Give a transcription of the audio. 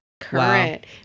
current